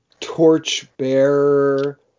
torchbearer